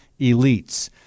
elites